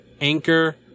Anchor